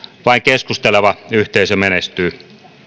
vain keskusteleva yhteisö menestyy